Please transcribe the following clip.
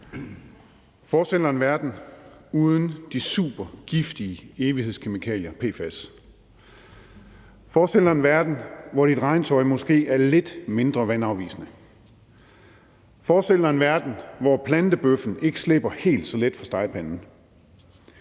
Forestil dig en verden uden de supergiftige evighedskemikalier PFAS; forestil dig en verden, hvor dit regntøj måske er lidt mindre vandafvisende; forestil dig en verden, hvor plantebøffen ikke slipper helt så let fra stegepanden;